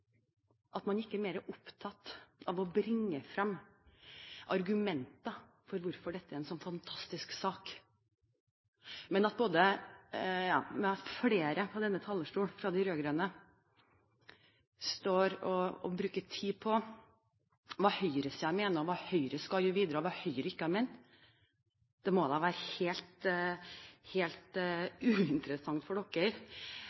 at man ikke er mer opptatt av å bringe frem argumenter for hvorfor dette er en så fantastisk sak. Flere av de rød-grønne står på denne talerstolen og bruker tid på å snakke om hva Høyre-siden mener, hva Høyre skal gjøre videre, og hva Høyre ikke har ment. Det må da være helt